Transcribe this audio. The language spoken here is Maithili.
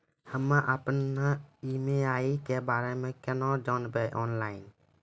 हम्मे अपन ई.एम.आई के बारे मे कूना जानबै, ऑनलाइन?